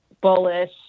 bullish